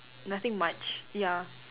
nothing much ya